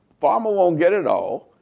farmer won't get it all.